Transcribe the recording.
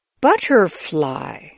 butterfly